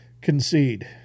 concede